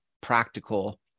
practical